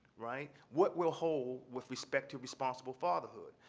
right, what we'll hold with respect to responsible fatherhood.